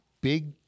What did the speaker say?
big